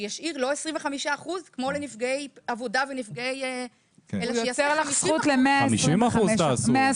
ישאיר לא 25 אחוזים כמו לנפגעי עבודה --- ייתן לך זכות ל-125 אחוזים,